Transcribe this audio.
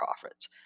Profits